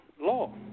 law